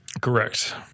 Correct